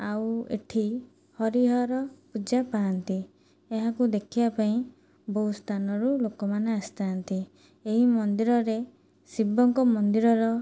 ଆଉ ଏଠି ହରିହର ପୂଜା ପାଆନ୍ତି ଏହାକୁ ଦେଖିବା ପାଇଁ ବହୁ ସ୍ଥାନରୁ ଲୋକମାନେ ଆସିଥାନ୍ତି ଏହି ମନ୍ଦିରରେ ଶିବଙ୍କ ମନ୍ଦିରର